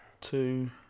two